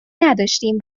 نداشتیم